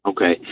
Okay